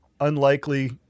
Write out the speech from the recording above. unlikely